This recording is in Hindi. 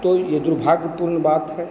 तो यह दुर्भाग्यपूर्ण बात है